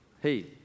Hey